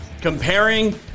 Comparing